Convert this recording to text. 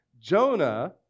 Jonah